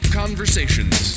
conversations